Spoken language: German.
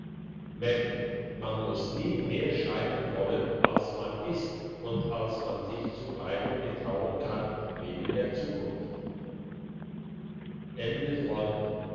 merke man muss nie mehr scheinen wollen als man ist und als man sich zu bleiben getrauen kann wegen der zukunft